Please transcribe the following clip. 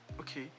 Okay